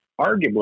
arguably